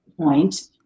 point